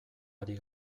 ari